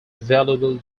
valuable